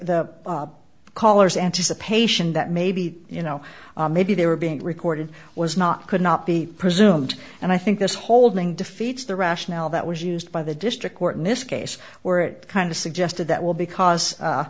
the caller's anticipation that maybe you know maybe they were being recorded was not could not be presumed and i think this holding defeats the rationale that was used by the district court in this case where it kind of suggested that will because